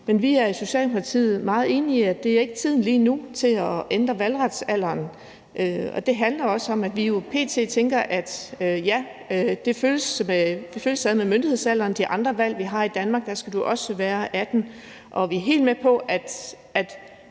Men vi er i Socialdemokratiet meget enige i, at det ikke er tid til at ændre valgretsalderen lige nu. Det handler også om, at vi jo p.t. tænker, at ja, det følges ad med myndighedsalderen, for ved de andre valg, vi har i Danmark, skal du også være 18 år. Og vi er helt med på, at